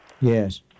Yes